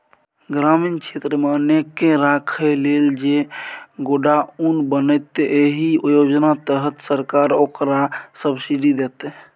ग्रामीण क्षेत्रमे अन्नकेँ राखय लेल जे गोडाउन बनेतै एहि योजना तहत सरकार ओकरा सब्सिडी दैतै